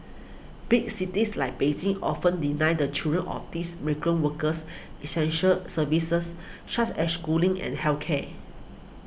big cities like Beijing often deny the children of these migrant workers essential services such as schooling and health care